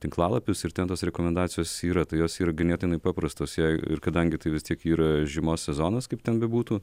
tinklalapius ir ten tos rekomendacijos yra tai jos yra ganėtinai paprastos jei ir kadangi tai vis tiek yra žiemos sezonas kaip ten bebūtų